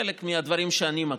חלק מהדברים שאני מכיר: